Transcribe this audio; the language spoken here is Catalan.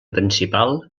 principal